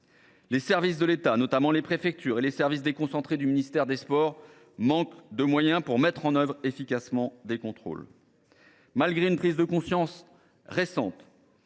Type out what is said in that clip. Les services de l’État, notamment les préfectures et les services déconcentrés du ministère chargé des sports, manquent de moyens pour mettre en œuvre efficacement des contrôles, malgré une prise de conscience récente.